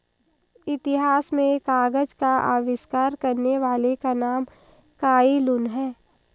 इतिहास में कागज का आविष्कार करने वाले का नाम काई लुन है